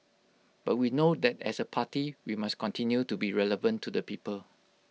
but we know that as A party we must continue to be relevant to the people